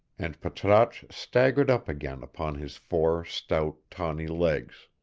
and patrasche staggered up again upon his four stout, tawny legs.